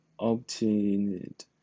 obtained